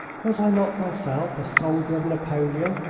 was i not myself a soldier of napoleon?